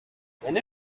send